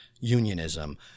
unionism